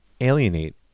alienate